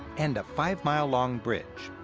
and a five-mile-long bridge.